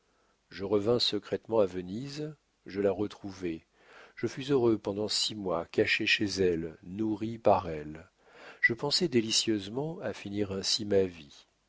je revins secrètement à venise je la retrouvai je fus heureux pendant six mois caché chez elle nourri par elle je pensais délicieusement à finir ainsi ma vie